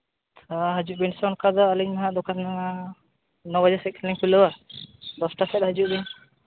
ᱦᱚᱸ ᱦᱤᱡᱩᱜ ᱵᱤᱱ ᱥᱮ ᱚᱱᱠᱟ ᱫᱚ ᱟᱹᱞᱤᱧ ᱢᱟ ᱫᱚᱠᱟᱱ ᱢᱟ ᱱᱚ ᱵᱟᱡᱮ ᱥᱮᱫ ᱛᱮᱞᱤᱧ ᱠᱷᱩᱞᱟᱹᱣᱟ ᱫᱚᱥᱴᱟ ᱥᱮᱫ ᱦᱤᱡᱩᱜ ᱵᱤᱱ